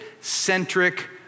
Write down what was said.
centric